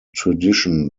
tradition